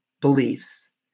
beliefs